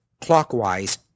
clockwise